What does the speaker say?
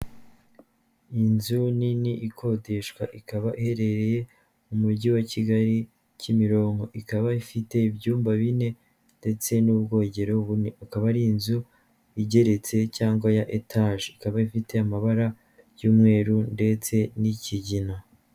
Inzu nini ikodeshwa, ikaba iherereye mu mujyi wa Kigali, Kimironko, ikaba ifite ibyumba bine ndetse n'ubwogero bune, ikaba ari inzu igeretse cyangwa ya etaje, ikaba ifite amabara y'umweru ndetse n'ikigina.